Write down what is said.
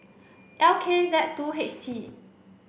L K Z two H T